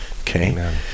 okay